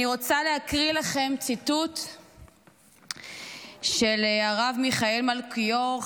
אני רוצה לקרוא לכם ציטוט של הרב מיכאל מלכיאור,